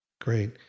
great